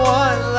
one